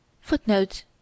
Footnote